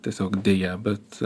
tiesiog deja bet